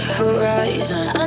horizon